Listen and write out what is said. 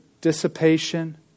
dissipation